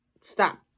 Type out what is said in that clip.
stop